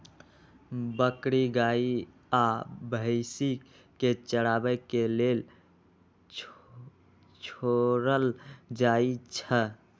बकरी गाइ आ भइसी के चराबे के लेल छोड़ल जाइ छइ